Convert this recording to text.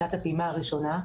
שנת הפעימה הראשונה,